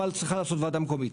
מה צריכה לעשות ועדה מקומית.